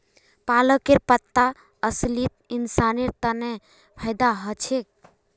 पालकेर पत्ता असलित इंसानेर तन फायदा ह छेक